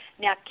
Now